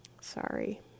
sorry